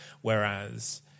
whereas